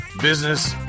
business